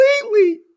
completely